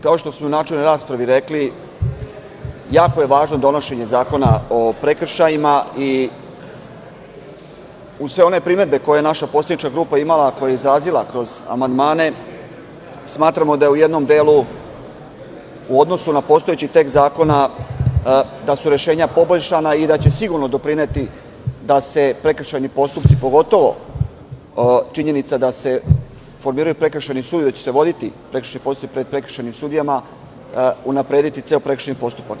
Kao što smo i u načelnoj raspravi rekli, jako je važno donošenje zakona o prekršajima i uz sve one primedbe koje je naša poslanička grupa, a koje je izrazila kroz amandmane, smatramo da su u jednom delu u odnosu na postojeći tekst zakona rešenja poboljšana i da će sigurno doprineti da se prekršajni postupci, pogotovo činjenica da se formiraju prekršajni sudovi i da će se voditi postupci pred prekršajnim sudovima unaprediti ceo prekršajni postupak.